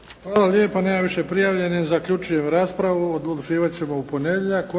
Hvala lijepa. Nema više prijavljenih. Zaključujem raspravu. Odlučivati ćemo u ponedjeljak.